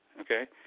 okay